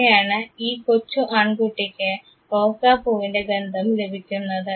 ഇങ്ങനെയാണ് ഈ കൊച്ച് ആൺകുട്ടിക്ക് റോസാപ്പുവിൻറെ ഗന്ധം ലഭിക്കുന്നത്